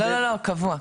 לא לא, קבוע.